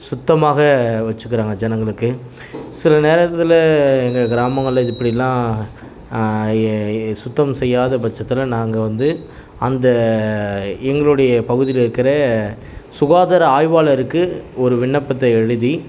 சுத்தமாக வெச்சுக்கிறாங்க ஜனங்களுக்கு சில நேரத்தில் எங்கள் கிராமங்களில் இது இப்படிலா ஏ சுத்தம் செய்யாதபட்சத்தில் நாங்கள் வந்து அந்த எங்களுடைய பகுதியில் இருக்கிற சுகாதார ஆய்வாளருக்கு ஒரு விண்ணப்பத்தை எழுதி